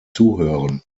zuhören